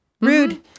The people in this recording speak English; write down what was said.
Rude